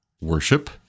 worship